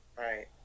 right